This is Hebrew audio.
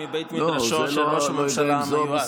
דווקא מבית מדרשו של ראש הממשלה המיועד.